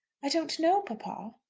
i don't know, papa.